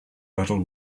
little